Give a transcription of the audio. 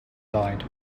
died